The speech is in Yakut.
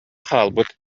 хаалбыт